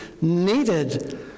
needed